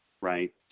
right